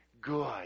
good